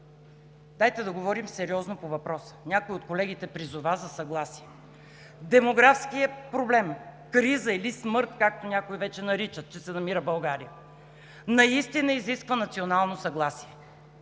Дайте да говорим сериозно по въпроса. Някой от колегите призова за съгласие. Демографският проблем, криза или смърт, както някои вече наричат, че се намира България, наистина изисква национално съгласие.